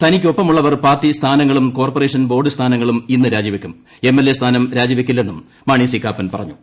തനിക്കൊപ്പമുള്ളവർ party സ്ഥാനങ്ങളും corporation board സ്ഥാനങ്ങളും ഇന്ന് രാജി വയ്ക്കുംപൂ എം എൽ സ്ഥാനം രാജിവയ്ക്കില്ലെന്നും മാണി സി കാപ്പന്റ് പെട്ഞു